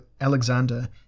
Alexander